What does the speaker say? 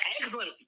excellent